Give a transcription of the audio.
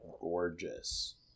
Gorgeous